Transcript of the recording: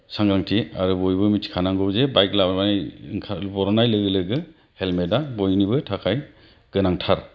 सांग्रांथि आरो बयबो मिथिखानांगौ जे बाइक लानाय बरननाय लोगो लोगो हेलमेटआ बयनिबो थाखाय गोनांथार